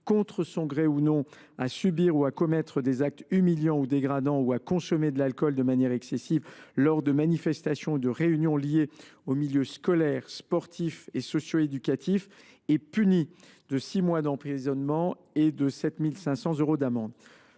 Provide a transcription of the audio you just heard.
contre son gré ou non, à subir ou à commettre des actes humiliants ou dégradants ou à consommer de l’alcool de manière excessive, lors de manifestations ou de réunions liées aux milieux scolaire, sportif et socio éducatif est puni de six mois d’emprisonnement et de 7 500 euros d’amende.